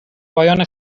پایان